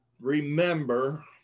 remember